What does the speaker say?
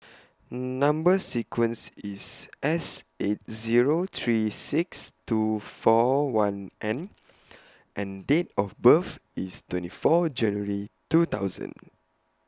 Number sequence IS S eight Zero three six two four one N and Date of birth IS twenty four January two thousand